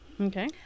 Okay